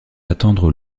attendre